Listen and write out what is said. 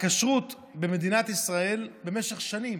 הכשרות במדינת ישראל, במשך שנים,